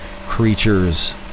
creatures